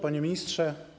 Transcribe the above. Panie Ministrze!